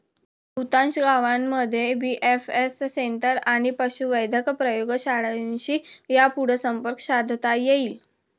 बहुतांश गावांमध्ये BAF centre आणि पशुवैद्यक प्रयोगशाळांशी यापुढं संपर्क साधता येईल